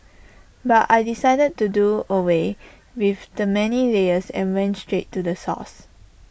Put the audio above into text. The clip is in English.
but I decided to do away with the many layers and went straight to the source